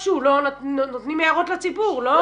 נותנים הערות לציבור לא?